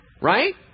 right